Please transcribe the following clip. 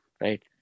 Right